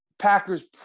Packers